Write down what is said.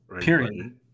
Period